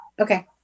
okay